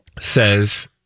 says